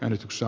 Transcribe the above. äänestyksessä